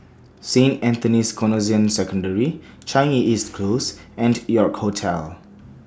Saint Anthony's Canossian Secondary Changi East Close and York Hotel